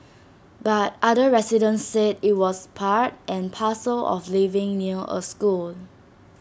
but other residents said IT was part and parcel of living near A school